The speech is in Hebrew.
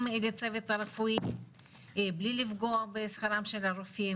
לצוות הרפואי בלי לפגוע בשכרם של הרופאים,